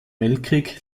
weltkrieg